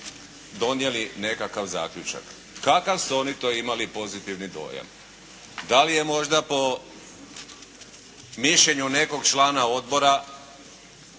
donijeli nekakav zaključak. Kakav su oni to imali pozitivnu dojam? Da li je možda po mišljenju nekog člana odbora